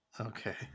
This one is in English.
Okay